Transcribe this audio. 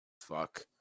fuck